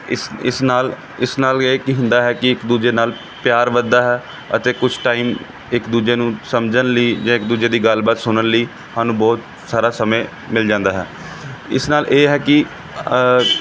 ਇਸ ਇਸ ਨਾਲ ਇਸ ਨਾਲ ਇਹ ਕੀ ਹੁੰਦਾ ਹੈ ਕਿ ਇੱਕ ਦੂਜੇ ਨਾਲ ਪਿਆਰ ਵੱਧਦਾ ਹੈ ਅਤੇ ਕੁਛ ਟਾਈਮ ਇੱਕ ਦੂਜੇ ਨੂੰ ਸਮਝਣ ਲਈ ਜੇ ਇੱਕ ਦੂਜੇ ਦੀ ਗੱਲਬਾਤ ਸੁਣਨ ਲਈ ਸਾਨੂੰ ਬਹੁਤ ਸਾਰਾ ਸਮੇਂ ਮਿਲ ਜਾਂਦਾ ਹੈ ਇਸ ਨਾਲ ਇਹ ਹੈ ਕਿ